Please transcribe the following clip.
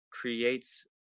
creates